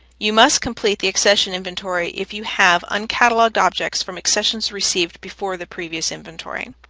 you must complete the accession inventory if you have uncataloged objects from accessions received before the previous inventory.